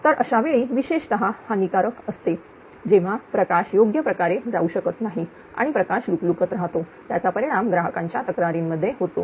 तर अशी वेळ विशेषतः हानिकारक असते जेव्हा प्रकाश योग्यप्रकारे जाऊ शकत नाही आणि प्रकाश लुकलुकत रहातो त्याचा परिणाम ग्राहकांच्या तक्रारींमध्ये होतो